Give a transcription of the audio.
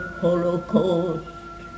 holocaust